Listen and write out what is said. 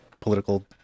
political